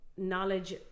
knowledge